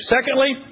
Secondly